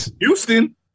Houston